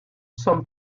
son